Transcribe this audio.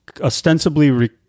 Ostensibly